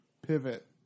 Pivot